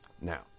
Now